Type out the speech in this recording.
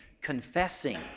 confessing